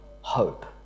hope